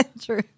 True